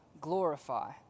glorify